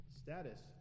status